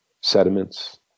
sediments